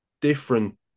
different